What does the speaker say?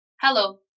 Hello